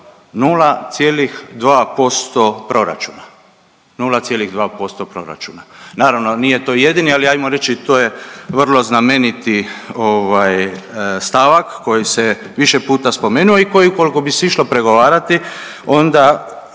0,2% proračuna. Naravno nije to jedini, ali hajmo reći to je vro znameniti stavak koji se više puta spomenuo i koji ukoliko bi se išlo pregovarati onda